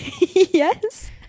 yes